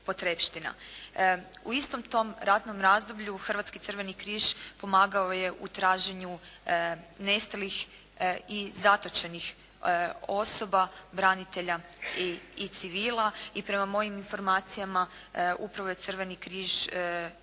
U istom tom ratnom razdoblju Hrvatski crveni križ pomagao je u traženju nestalih i zatočenih osoba, branitelja i civila. I prema mojim informacijama upravo je Crveni križ uspješno